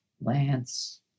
lance